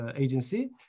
agency